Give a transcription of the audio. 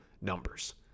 numbers